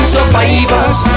Survivors